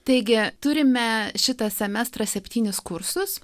taigi turime šitą semestrą septynis kursus